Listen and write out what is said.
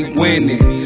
winning